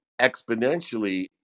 exponentially